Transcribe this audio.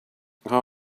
how